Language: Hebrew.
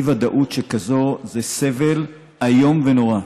אי-ודאות שכזו זה סבל איום ונורא,